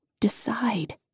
Decide